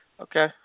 okay